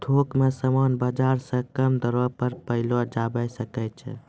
थोक मे समान बाजार से कम दरो पर पयलो जावै सकै छै